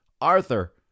Arthur